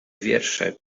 wiersze